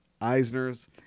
Eisner's